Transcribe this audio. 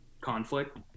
conflict